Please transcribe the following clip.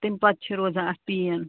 تَمہِ پَتہٕ چھِ روزان اَتھ پین